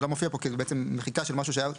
זה לא מופיע פה כי זה בעצם מחיקה של משהו שהיה קודם.